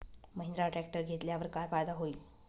Mahindra tractor घेतल्यावर काय फायदा होईल?